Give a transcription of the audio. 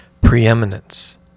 preeminence